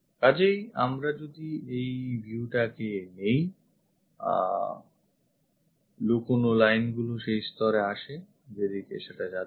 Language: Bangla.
কাজেই আমরা যদি এই viewটাকে নিই লুকোনো line গুলি সেই স্তরে আসে যেদিকে সেটা আছে